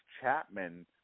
Chapman